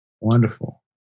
wonderful